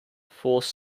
force